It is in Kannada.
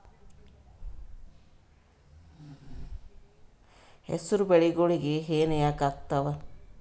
ಹೆಸರು ಬೆಳಿಗೋಳಿಗಿ ಹೆನ ಯಾಕ ಆಗ್ತಾವ?